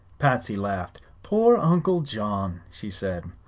patsy laughed. poor uncle john! she said.